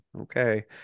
okay